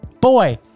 Boy